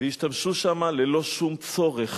והשתמשו שם ללא שום צורך,